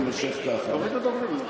אנחנו מורידים דוברים.